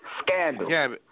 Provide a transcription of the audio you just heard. Scandal